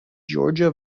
georgia